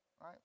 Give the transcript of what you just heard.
right